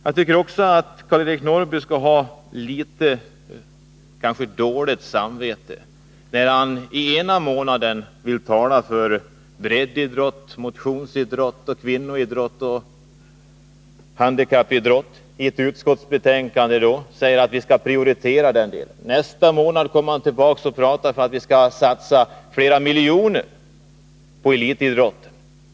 Jag tycker också att Karl-Eric Norrby borde ha litet dåligt samvete när han den ena månaden i ett utskottsbetänkande är med om att prioritera breddidrott, motionsidrott, kvinnoidrott och handikappidrott och nästa månad vill satsa flera miljoner på elitidrott.